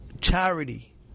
charity